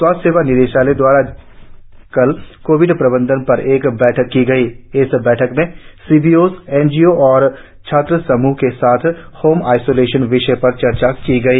स्वास्थ्य सेवा निदेशालय दवारा कल कोविड प्रबंधन पर एक बैठक की गई इस बैठक में C B O N G O और छात्र समूहों के साथ होम आईसोलेशन विषय पर चर्चा की गई